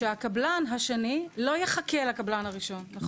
שהקבלן השני לא יחכה לקבלן הראשון, נכון?